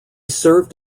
served